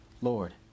Lord